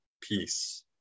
peace